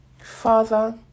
Father